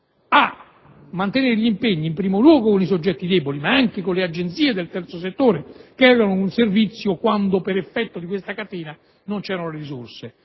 a mantenere gli impegni in primo luogo con i soggetti deboli, ma anche con le agenzie del terzo settore che erogano un servizio quando, per effetto di questa catena, non ci sono le risorse